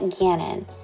Gannon